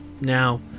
Now